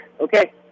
Okay